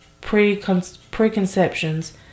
preconceptions